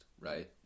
right